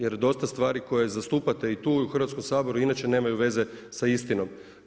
Jer dosta stvari koje zastupate i tu i u Hrvatskom saboru inače nemaju veze sa istinom.